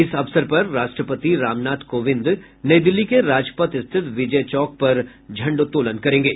इस अवसर पर राष्ट्रपति रामनाथ कोविंद नई दिल्ली के राजपथ स्थित विजय चौक पर झण्डोत्तोलन करेंगे